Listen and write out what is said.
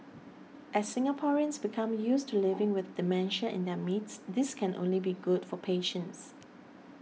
as Singaporeans become used to living with dementia in their midst this can only be good for patients